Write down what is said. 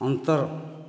ଅନ୍ତ୍ର